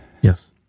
yes